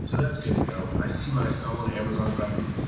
that's good to go. i see my sell on amazon button,